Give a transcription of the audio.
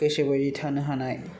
गोसो बायदि थानो हानाय